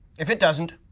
if it doesn't,